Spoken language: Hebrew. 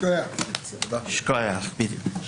הישיבה ננעלה בשעה 21:25.